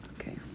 Okay